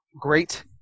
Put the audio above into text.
great